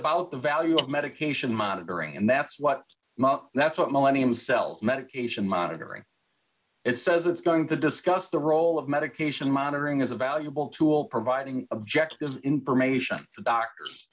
about the value of medication monitoring and that's what that's what millennium cells medication monitoring it says it's going to discuss the role of medication monitoring is a valuable tool providing objective information to doctors